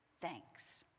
thanks